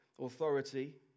authority